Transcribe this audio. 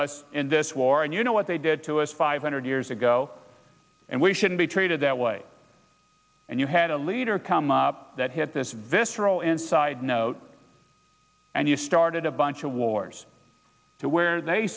us in this war and you know what they did to us five hundred years ago and we shouldn't be treated that way and you had a leader come up that had this visceral and side note and you started a bunch of wars where they